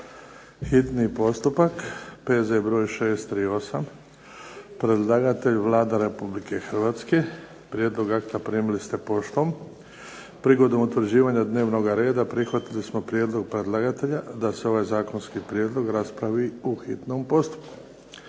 drugo čitanje, P.Z. br. 638 Predlagatelja Vlada Republike Hrvatske. Prijedlog akta primili ste poštom. Prigodom utvrđivanja dnevnog reda prihvatili smo prijedlog predlagatelja da se ovaj zakonski prijedlog raspravi u hitnom postupku.